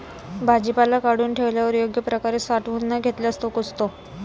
भाजीपाला काढून ठेवल्यावर योग्य प्रकारे साठवून न घेतल्यास तो कुजतो